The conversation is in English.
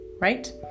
right